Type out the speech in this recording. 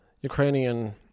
Ukrainian